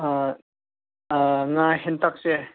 ꯉꯥ ꯍꯦꯟꯇꯥꯛꯁꯦ